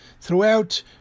Throughout